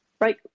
right